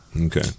Okay